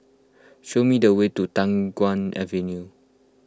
show me the way to Guan Avenue